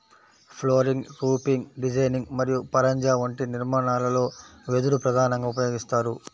flooring, roofing designing మరియు పరంజా వంటి నిర్మాణాలలో వెదురు ప్రధానంగా ఉపయోగిస్తారు